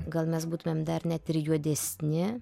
gal mes būtumėm dar net ir juodesni